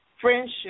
friendship